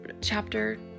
chapter